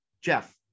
jeff